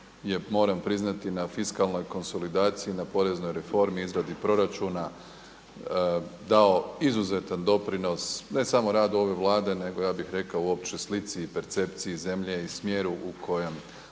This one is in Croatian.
moram priznati na fiskalnoj konsolidaciji, na poreznoj reformi, izradi proračuna dao izuzetan doprinos ne samo radu ove Vlade nego ja bih rekao uopće slici i percepciji zemlje i smjeru u kojem